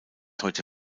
heute